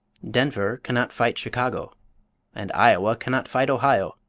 denver cannot fight chicago and iowa cannot fight ohio.